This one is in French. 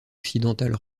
occidentale